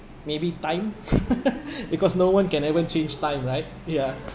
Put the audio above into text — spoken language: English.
maybe time because no one can ever change time right ya